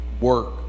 work